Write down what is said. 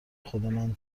خودمن